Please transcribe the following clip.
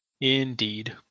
Indeed